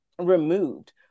removed